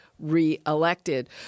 re-elected